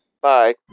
Bye